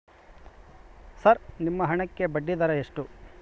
Sir ನಿಮ್ಮ ಹಣಕ್ಕೆ ಬಡ್ಡಿದರ ಎಷ್ಟು?